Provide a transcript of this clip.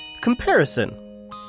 comparison